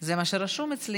זה מה שרשום אצלי.